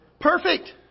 Perfect